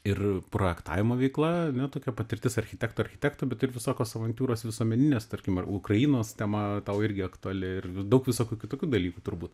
ir projektavimo veikla ane tokia patirtis architekto architekto bet ir visokios avantiūros visuomeninės tarkim ar ukrainos tema tau irgi aktuali ir daug visokių kitokių dalykų turbūt